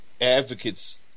advocates